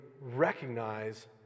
recognize